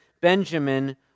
Benjamin